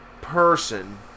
person